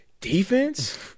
defense